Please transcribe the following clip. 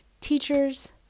teachers